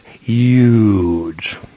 huge